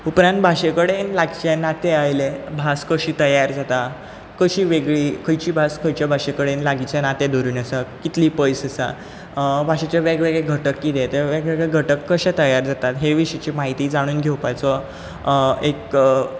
उपरांत भाशे कडेन लागचे ना ते आयलें भास कशीं तयार जाता कशीं वेगळी खंयची भास खंयचे भाशे कडेन लागींचे नातें धरून आसा कितली पयस आसा भाशेचें वेगळेवेगळे घटक कितें हें वेगळेवेगळे घटक कशे तयार जाता हें विशींची म्हायती जाणून घेवपाचो एक